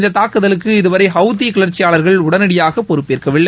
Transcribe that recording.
இந்த தாக்குதலுக்கு இதுவரை ஹவுத்தி கிளர்ச்சியாளர்கள் உடனடியாக பொறுப்பேற்கவில்லை